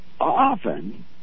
often